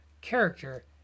character